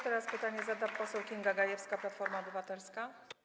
Teraz pytanie zada poseł Kinga Gajewska, Platforma Obywatelska.